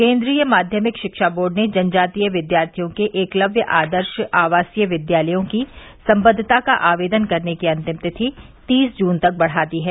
केन्द्रीय माध्यमिक रिक्षा बोर्ड ने जनजातीय विद्यार्थियों के एकलव्य आदर्श आवासीय विद्यालयों की संबद्वता का आवेदन करने की अंतिम तिथि तीस जून तक बढ़ा दी है